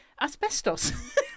asbestos